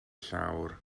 llawr